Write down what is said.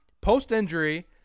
Post-injury